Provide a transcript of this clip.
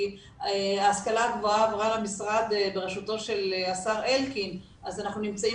ההשכלה הגבוהה עברה למשרד בראשותו של השר אלקין אז אנחנו נמצאים